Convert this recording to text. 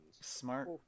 Smart